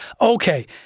Okay